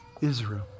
Israel